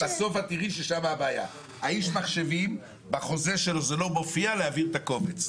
איש המחשבים שלהם בחוזה שלו לא כתוב שעליו להעביר את הקובץ.